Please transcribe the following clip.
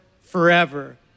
forever